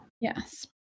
yes